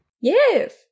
yes